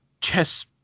chess